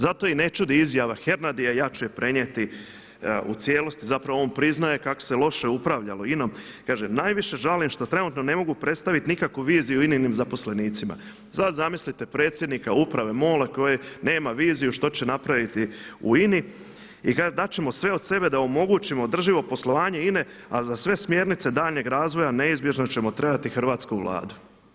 Zato i ne čudi izjava Hernadya ja ću je prenijeti u cijelosti, zapravo on priznaje kako se loše upravljalo INA-om i kaže: „Najviše žalim što trenutno ne mogu predstaviti nikakvu viziju INA-inim zaposlenicima.“ Sad zamislite predsjednika Uprave MOL-a koji nema viziju što će napraviti u INA-i i kaže: „Dat ćemo sve od sebe da omogućimo održivo poslovanje INA-e, a za sve smjernice daljnjeg razvoja neizbježno ćemo trebati Hrvatsku vladu.